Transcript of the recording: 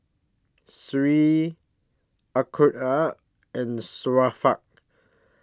Seri Aqilah and Syafiq